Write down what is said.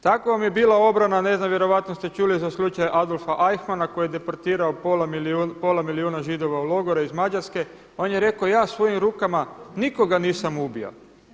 Tako vam je bila obrana ne znam vjerojatno ste čuli za slučaj Adolfa … koji je deportirao pola milijuna Židova u logore iz Mađarske, on je rekao ja svojim rukama nikoga nisam ubio.